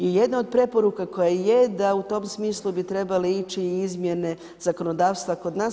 I jedna od preporuka koja je da u tom smislu bi trebale ići izmjene zakonodavstva kod nas.